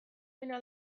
eskuin